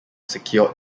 secured